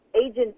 agents